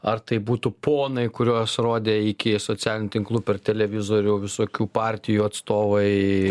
ar tai būtų ponai kuriuos rodė iki socialinių tinklų per televizorių visokių partijų atstovai